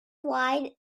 why